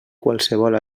qualsevol